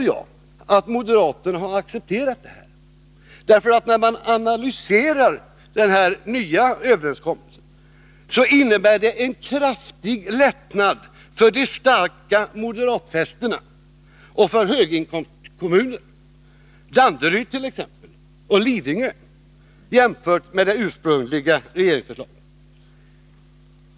Efter att ha analyserat denna nya överenskommelse förstår jag att moderaterna har accepterat den. Kompromissen innebär nämligen en kraftig lättnad för de starka moderatfästena och för höginkomstkommuner, t.ex. Danderyd och Lidingö, jämfört med det ursprungliga regeringsförslaget.